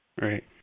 right